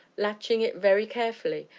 latching it very carefully,